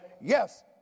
yes